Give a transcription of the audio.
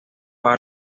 para